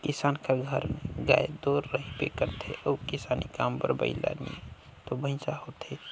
किसान कर घर में गाय दो रहबे करथे अउ किसानी काम बर बइला नी तो भंइसा होथे